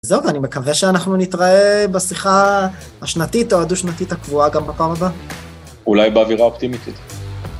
זהו, ואני מקווה שאנחנו נתראה בשיחה השנתית או הדו-שנתית הקבועה גם בפעם הבאה. אולי באווירה אופטימיתית.